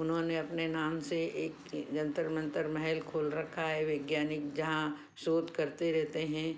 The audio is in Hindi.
उन्होंने अपने नाम से एक जंतर मंतर महल खोल रखा है वैज्ञानिक जहाँ शोध करते रहते हैं